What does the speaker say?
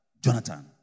Jonathan